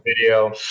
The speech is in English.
video